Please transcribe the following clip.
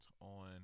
on